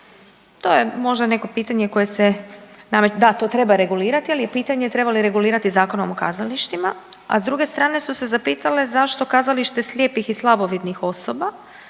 To je možda neko pitanje koje se nameće, da to treba regulirati ali je pitanje treba li regulirati Zakonom o kazalištima. A s druge strane su se zapitale zašto Kazalište slijepih i slabovidnih osoba